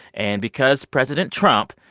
and because president trump,